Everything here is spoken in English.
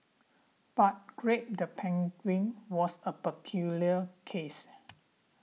but grape the penguin was a peculiar case